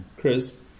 Chris